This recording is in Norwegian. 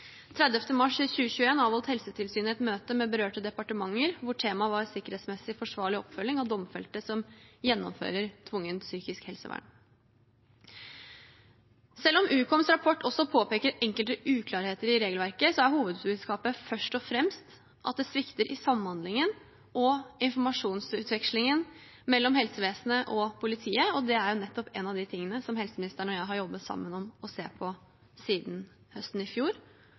mars 2021 avholdt Helsetilsynet et møte med berørte departementer, hvor temaet var sikkerhetsmessig forsvarlig oppfølging av domfelte som gjennomfører tvungent psykisk helsevern. Selv om Ukoms rapport også påpeker enkelte uklarheter i regelverket, er hovedbudskapet først og fremst at det svikter i samhandlingen og informasjonsutvekslingen mellom helsevesenet og politiet, og det er nettopp en av de tingene som helseministeren og jeg har jobbet sammen om å se på siden høsten i fjor,